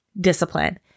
discipline